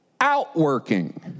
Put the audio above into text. outworking